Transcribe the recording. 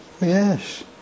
yes